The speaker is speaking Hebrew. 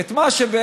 את מה שבעצם,